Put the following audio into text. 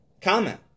comment